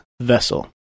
vessel